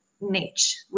niche